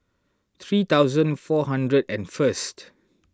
three thousand four hundred and first